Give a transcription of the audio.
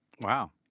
wow